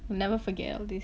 will never forget all this